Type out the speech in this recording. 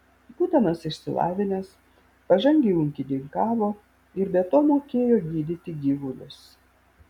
būdamas išsilavinęs pažangiai ūkininkavo ir be to mokėjo gydyti gyvulius